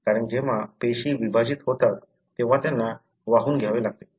कारण जेव्हा पेशी विभाजित होतात तेव्हा त्यांना वाहून घ्यावे लागते